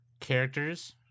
characters